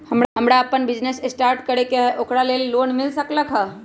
हमरा अपन business start करे के है ओकरा लेल लोन मिल सकलक ह?